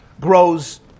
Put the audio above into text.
grows